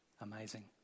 Amazing